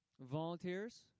Volunteers